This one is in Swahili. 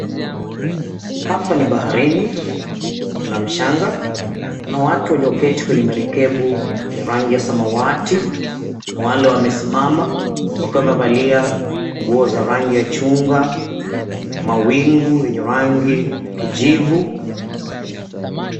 Hapa ni baharini. Kuna mchanga. Kuna watu walioketi kwenye merikebu, wenye rangi ya samawati na wale wamesimama, wakiwa wamevalia nguo za rangi ya chungwa, mawingu, wenye rangi ya kijivu.